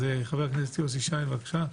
חבר הכנסת יוסי שיין, בבקשה.